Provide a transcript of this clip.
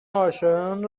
آشنایانم